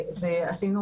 עשינו